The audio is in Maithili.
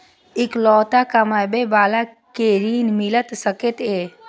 इकलोता कमाबे बाला के ऋण मिल सके ये?